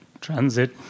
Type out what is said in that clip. transit